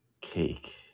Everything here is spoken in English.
Cake